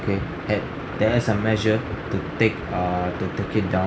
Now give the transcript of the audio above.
okay had taken some measure to take err to take it down